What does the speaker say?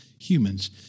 humans